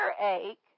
earache